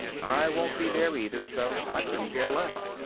i won't be there either, so i couldn't care less.